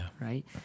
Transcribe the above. right